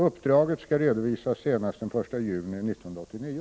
Uppdraget skall redovisas senast den 1 juni 1989.